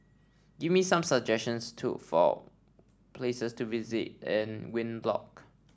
give me some suggestions took for places to visit in Windhoek